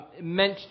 meant